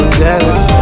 jealous